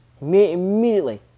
Immediately